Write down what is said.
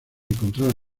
encontrar